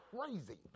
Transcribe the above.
crazy